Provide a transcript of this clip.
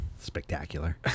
spectacular